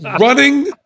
Running